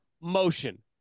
motion